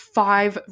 five